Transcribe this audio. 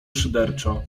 szyderczo